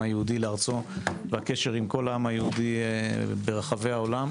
היהודי לארצו והקשר עם כל העם היהודי ברחבי העולם.